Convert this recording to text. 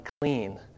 clean